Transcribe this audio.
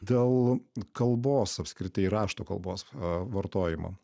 dėl kalbos apskritai rašto kalbos vartojimo